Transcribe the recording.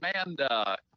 Amanda